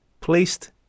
placed